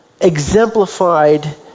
exemplified